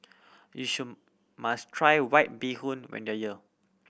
you should must try White Bee Hoon when you are here